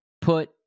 put